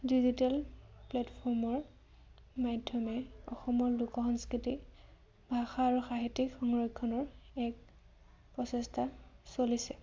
digital প্লেটফৰ্মৰ মাধ্যমে অসমৰ লোক সংস্কৃতি ভাষা আৰু সাহিত্যিক সংৰক্ষণৰ এক প্ৰচেষ্টা চলিছে